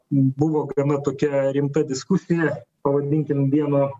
buvo viena tokia rimta diskusija pavadinkim vieno